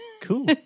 Cool